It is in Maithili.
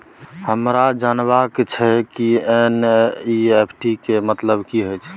हमरा जनबा के छै की एन.ई.एफ.टी के मतलब की होए है?